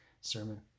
sermon